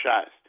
shots